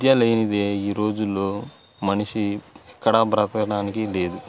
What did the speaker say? విద్య లేనిదే ఈ రోజులలో మనిషి ఎక్కడ బ్రతకడానికి లేదు